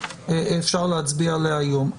אפשר להצביע עליה היום.